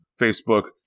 Facebook